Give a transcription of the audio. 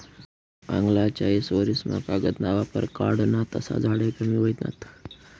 मांगला चायीस वरीस मा कागद ना वापर वाढना तसा झाडे कमी व्हयनात